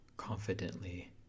Confidently